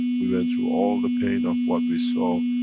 we went through all the pain of what we saw,